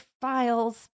files